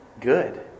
good